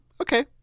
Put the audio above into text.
Okay